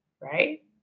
Right